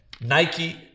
Nike